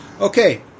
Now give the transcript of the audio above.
Okay